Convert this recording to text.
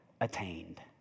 attained